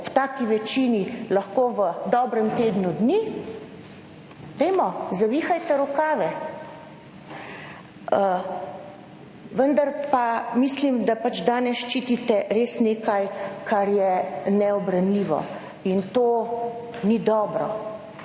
ob taki večini lahko v dobrem tednu dni. Dajmo, zavihajte rokave, vendar pa mislim, da danes ščitite res nekaj kar je neubranljivo in to ni dobro.